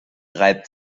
reibt